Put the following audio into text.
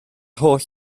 holl